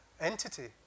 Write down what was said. entity